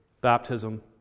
baptism